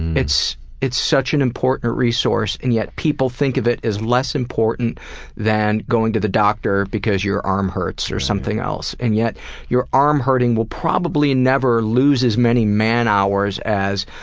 it's it's such an important resource, and yet people think of it as less important than going to the doctor because your arm hurts or something else. and yet your arm hurting will probably never lose as many man hours as